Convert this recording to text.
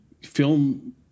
film